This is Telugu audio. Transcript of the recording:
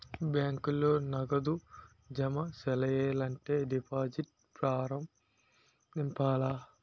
బ్యాంకులో నగదు జమ సెయ్యాలంటే డిపాజిట్ ఫారం నింపాల